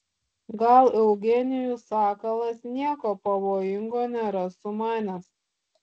gal eugenijus sakalas nieko pavojingo nėra sumanęs